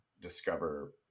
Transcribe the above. discover